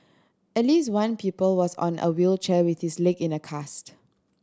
at least one people was on a wheelchair with his leg in a cast